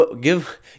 Give